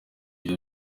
ibyo